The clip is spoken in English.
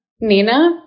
Nina